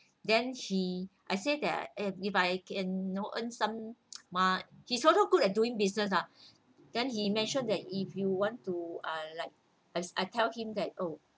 then he I said that if I can earn some mo~ he's also good at doing business lah then he mentioned that if you want to uh like I s~ I tell him that oh